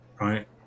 right